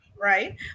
right